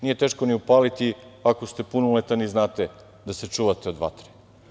Nije je teško ni upaliti, ako ste punoletan, znate da se čuvate od vatre.